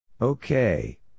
Okay